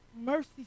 Mercy